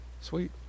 sweet